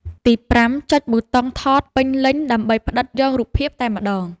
ទី5 ចុចប៊ូតុងថតពេញលេញដើម្បីផ្តិតយករូបភាពតែម្តង។